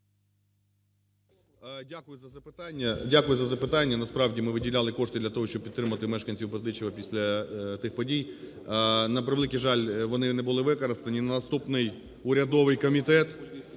Дякую за запитання. Насправді ми виділяли кошти для того, щоб підтримати мешканців Бердичева після тих подій. На превеликий жаль, вони не були використані. На наступний урядовий комітет